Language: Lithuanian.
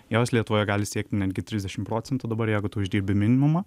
jos lietuvoje gali siekti netgi trisdešim procentų dabar jeigu tu uždirbi minimumą